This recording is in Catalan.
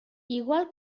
igual